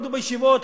למדו בישיבות,